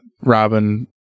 Robin